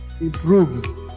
improves